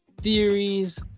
Theories